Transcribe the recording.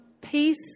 peace